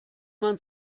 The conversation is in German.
man